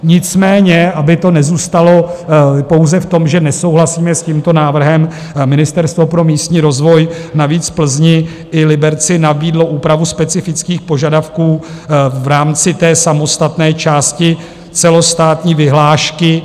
Nicméně aby to nezůstalo pouze v tom, že nesouhlasíme s tímto návrhem, Ministerstvo pro místní rozvoj navíc Plzni i Liberci nabídlo úpravu specifických požadavků v rámci samostatné části celostátní vyhlášky.